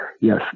yes